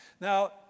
Now